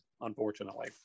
unfortunately